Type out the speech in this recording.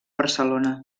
barcelona